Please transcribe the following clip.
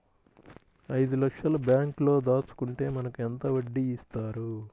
ఐదు లక్షల బ్యాంక్లో దాచుకుంటే మనకు ఎంత వడ్డీ ఇస్తారు?